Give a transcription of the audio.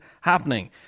happening